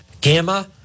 gamma